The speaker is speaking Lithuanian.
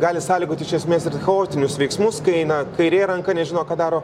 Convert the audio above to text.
gali sąlygoti iš esmės ir chaotinius veiksmus kai eina kairė ranka nežino ką daro